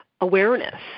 awareness